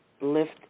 Lift